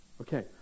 Okay